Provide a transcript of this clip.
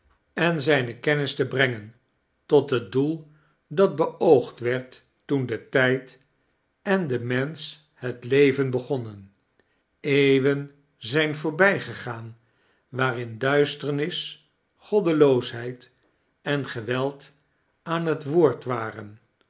en zijne kennis te brengen tot bet doel dat beoogd werd torn de tijd en die mensch het leven begonnen eenwen zijn voorbijgegaan waarin duisternis goddeloosheid en geweld aan het woord waren